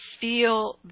feel